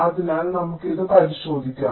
അതിനാൽ നമുക്ക് ഇത് പരിശോധിക്കാം